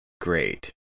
great